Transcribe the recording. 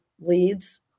leads